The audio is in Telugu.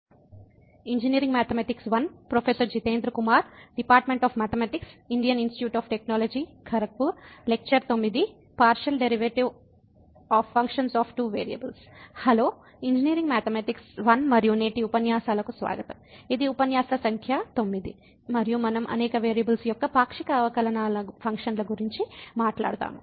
హలో ఇంజనీరింగ్ మ్యాథమెటిక్స్ I మరియు నేటి ఉపన్యాసాలకు స్వాగతం ఇది ఉపన్యాసం సంఖ్య 9 మరియు మనం అనేక వేరియబుల్స్ యొక్క పాక్షిక అవకలనాలు ఫంక్షన్ల గురించి మాట్లాడుతాము